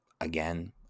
again